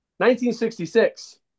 1966